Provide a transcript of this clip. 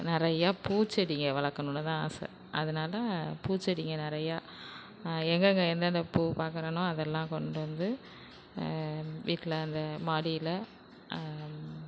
நிறையா பூச்செடிகள் வளர்க்கணுன்னு தான் ஆசை அதனால் தான் பூச்செடிங்கள் நிறையா எங்கெங்கே எந்தெந்த பூ பார்க்குறானோ அதெல்லாம் கொண்டு வந்து வீட்டில் அந்த மாடியில்